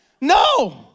No